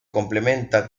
complementa